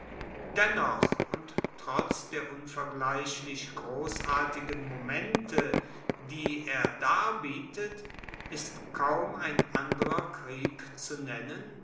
dennoch und trotz der unvergleichlich grossartigen momente die er darbietet ist kaum ein anderer krieg zu nennen